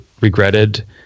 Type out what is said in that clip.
regretted